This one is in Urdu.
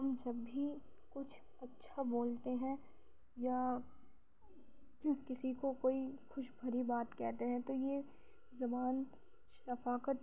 ہم جب بھی کچھ اچھا بولتے ہیں یا کسی کو کوئی خوش بھری بات کہتے ہیں تو یہ زبان شفقت